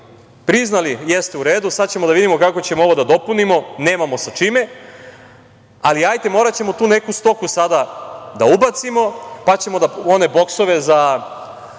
priznali – jeste, u redu, sada ćemo da vidimo kako ćemo ovo da dopunimo, nemamo sa čime, ali moraćemo tu neku stoku sada da ubacimo, pa ćemo one boksove za